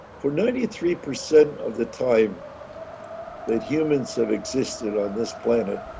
for ninety three percent of the time that humans have existed on this planet.